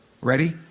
Ready